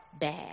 bad